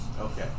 Okay